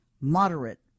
moderate